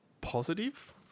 positive